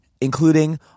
including